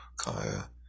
Kaya